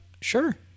Sure